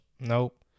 Nope